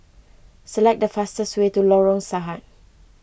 select the fastest way to Lorong Sahad